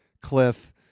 Cliff